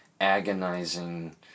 agonizing